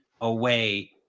away